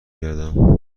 گردم